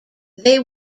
they